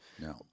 No